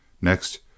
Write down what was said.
Next